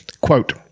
quote